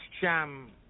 sham